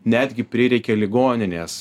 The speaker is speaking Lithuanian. netgi prireikia ligoninės